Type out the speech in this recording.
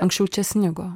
anksčiau čia snigo